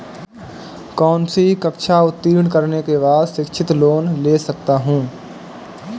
कौनसी कक्षा उत्तीर्ण करने के बाद शिक्षित लोंन ले सकता हूं?